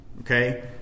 okay